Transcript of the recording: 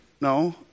no